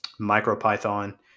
MicroPython